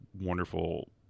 wonderful